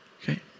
Okay